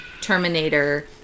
terminator